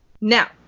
Now